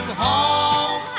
home